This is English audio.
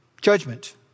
judgment